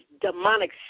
demonic